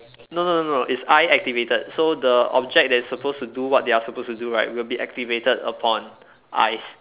no no no no it's eye activated so the object that's suppose to do what their supposed to do right will be activated upon eyes